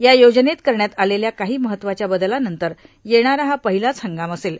या योजनेत करण्यात आलेल्या काही महत्वाच्या बदलानंतर येणारा हा पहिलाच हंगाम असेल